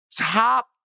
top